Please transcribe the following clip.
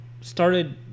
started